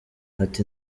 ati